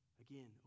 Again